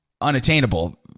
unattainable